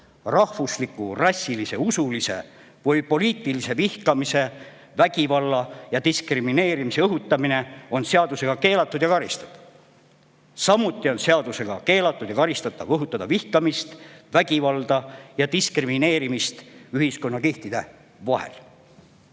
rahvusliku, rassilise, usulise või poliitilise vihkamise, vägivalla ja diskrimineerimise õhutamine on seadusega keelatud ja karistatav. Samuti on seadusega keelatud ja karistatav õhutada vihkamist, vägivalda ja diskrimineerimist ühiskonnakihtide vahel. Selles